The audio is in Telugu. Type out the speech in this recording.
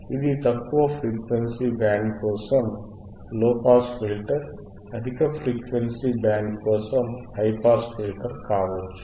ఇది తక్కువ ఫ్రీక్వెన్సీ బ్యాండ్ కోసం లోపాస్ ఫిల్టర్ అధిక ఫ్రీక్వెన్సీ బ్యాండ్ కోసం హై పాస్ ఫిల్టర్ కావచ్చు